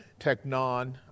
technon